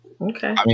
Okay